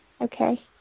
Okay